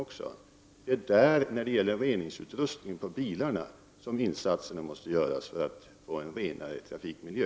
Det är därför insatserna i första hand måste avse reningsutrustningen på bilarna, så att vi kan få en renare trafikmiljö.